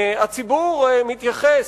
הציבור מתייחס,